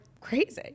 crazy